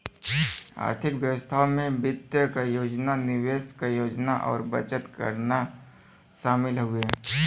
आर्थिक व्यवस्था में वित्त क योजना निवेश क योजना और बचत करना शामिल हउवे